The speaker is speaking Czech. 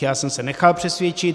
Já jsem se nechal přesvědčit.